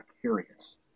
curious